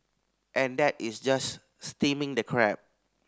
and that is just steaming the crab